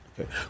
Okay